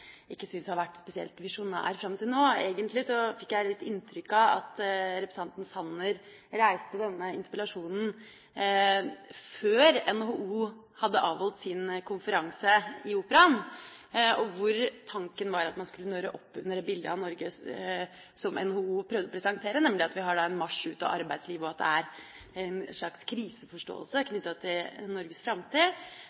ikke synes har vært spesielt visjonær fram til nå. Egentlig fikk jeg litt inntrykk av at representanten Sanner reiste denne interpellasjonen før NHO hadde avholdt sin konferanse i operaen, at tanken var at man skulle nøre opp under det bildet av Norge som NHO prøvde å presentere, nemlig at vi har en marsj ut av arbeidslivet, og at det er en slags kriseforståelse